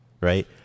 right